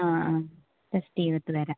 ആ ആ ടെസ്റ്റ് ചെയ്തിട്ടുവരാം